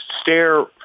stare